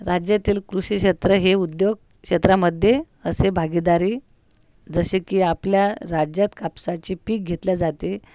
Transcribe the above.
राज्यतील कृषी क्षेत्र हे उद्योग क्षेत्रामध्ये असे भागीदारी जसे की आपल्या राज्यात कापसाचे पीक घेतल्या जाते